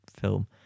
film